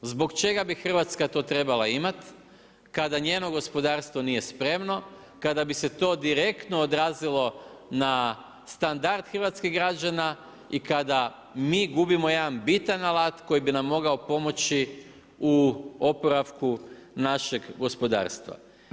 Zbog čega bi Hrvatska to trebala imati kada njeno gospodarstvo nije spremno, kada bi se to direktno odrazilo na standard hrvatskih građana i kada mi gubimo jedan bitan alat koji bi nam mogao pomoći u oporavku našeg gospodarstva.